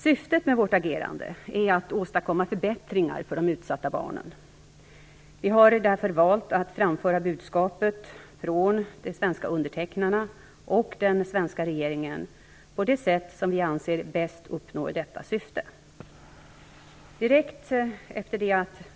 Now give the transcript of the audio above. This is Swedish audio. Syftet med vårt agerande är att åstadkomma förbättringar för de utsatta barnen. Vi har därför valt att framföra budskapet från de svenska undertecknarna och den svenska regeringen på det sätt som vi anser bäst uppnår detta syfte.